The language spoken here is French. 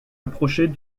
approchait